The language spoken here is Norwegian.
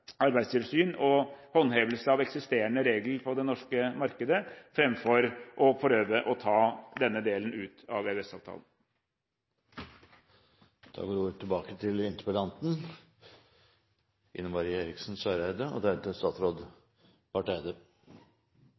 arbeidstilsyn og håndhevelse av eksisterende regler i det norske markedet, fremfor å prøve å ta denne delen ut av EØS-avtalen. Jeg takker utenriksministeren for et klart og